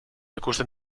ikusten